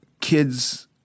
kids